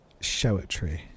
Showetry